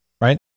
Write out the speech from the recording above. right